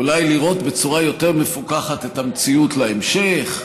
אולי לראות בצורה יותר מפוכחת את המציאות להמשך.